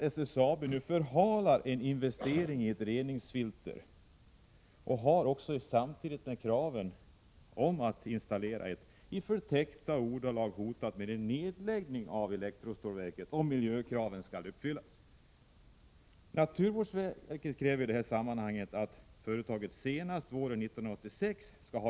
Förelåg, enligt finansministerns mening, inga sakliga skäl för att dra tillbaka förslaget? 2. Var den opinion som lagrådsremissen skapade den första negativa reaktionen mot förslaget som kom regeringen till del?